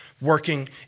working